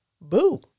Boo